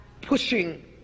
pushing